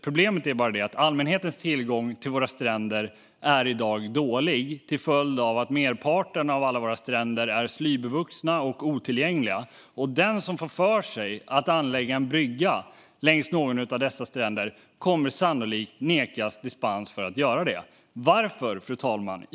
Problemet är bara det att allmänhetens tillgång till våra stränder i dag är dålig till följd av att merparten av alla stränder är slybevuxna och otillgängliga. Den som får för sig att anlägga en brygga längs någon av dessa stränder kommer sannolikt att nekas dispens för att göra det. Varför, fru talman?